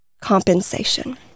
Compensation